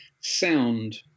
sound